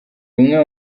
imwe